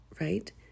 right